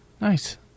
Nice